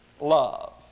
love